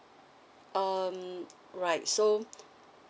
um right so